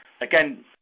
Again